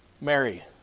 Mary